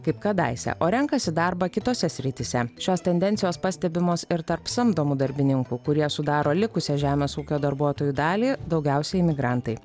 kaip kadaise o renkasi darbą kitose srityse šios tendencijos pastebimos ir tarp samdomų darbininkų kurie sudaro likusią žemės ūkio darbuotojų dalį daugiausia imigrantai